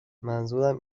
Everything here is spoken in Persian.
منظورم